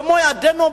במו-ידינו,